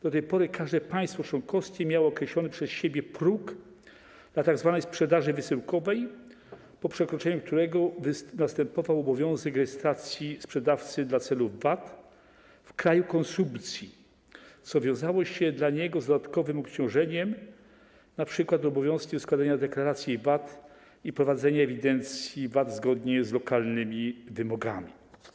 Do tej pory każde państwo członkowskie miało określony przez siebie próg dla tzw. sprzedaży wysyłkowej, po którego przekroczeniu następował obowiązek rejestracji sprzedawcy do celów VAT w kraju konsumpcji, co wiązało się dla niego z dodatkowym obciążeniem, np. obowiązkiem składania deklaracji VAT i prowadzenia ewidencji VAT zgodnie z lokalnymi wymogami.